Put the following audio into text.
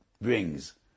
brings